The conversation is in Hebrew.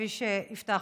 כפי שהבטחנו,